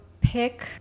pick